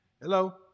Hello